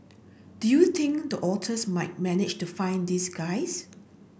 do you think the otters might manage to find these guys